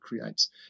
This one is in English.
creates